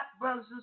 brothers